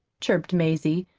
chirped mazie,